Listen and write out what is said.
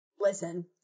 Listen